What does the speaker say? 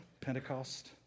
Pentecost